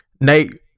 Nate